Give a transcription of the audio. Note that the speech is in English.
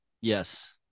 Yes